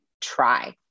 try